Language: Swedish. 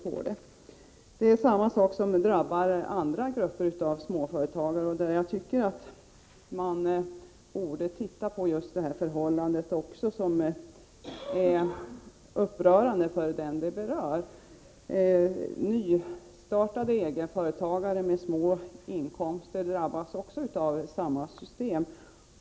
På samma sätt drabbas andra grupper av småföretagare, och jag tycker att man borde se på just detta förhållande, som är upprörande för den som berörs. Företagare med nystartade företag och små inkomster drabbas av samma system.